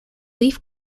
leaf